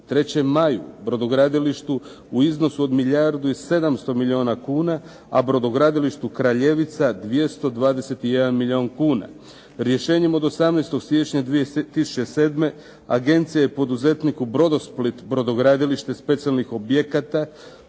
"3. maju" brodogradilištu u iznosu od milijardu i 700 milijuna kuna, a brodogradilištu "Kraljevica" 221 milijun kuna. Rješenjem od 18. siječnja 2007. Agencija je poduzetniku "Brodosplit" brodogradilište specijalnih objekata